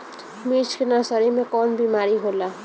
मिर्च के नर्सरी मे कवन बीमारी होला?